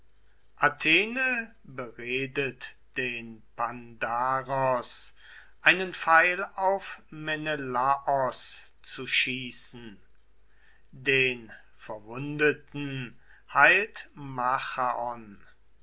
athene beredet den pandaros einen pfeil auf menelaos zu schießen den verwundeten